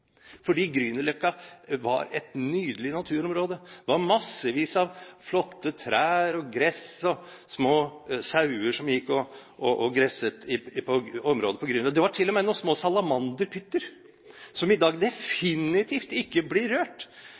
var et nydelig naturområde – det var massevis av flotte trær, gress, og små sauer som gikk og gresset i området på Grünerløkka. Det var til og med noen små salamanderpytter, som i dag definitivt ikke blir rørt.